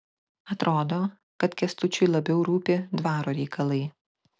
atrodo kad kęstučiui labiau rūpi dvaro reikalai